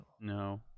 No